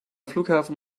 flughafen